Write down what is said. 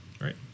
right